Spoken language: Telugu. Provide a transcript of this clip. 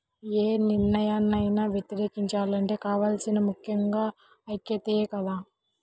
యే నిర్ణయాన్నైనా వ్యతిరేకించాలంటే కావాల్సింది ముక్కెంగా ఐక్యతే కదా